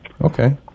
Okay